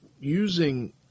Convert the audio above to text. using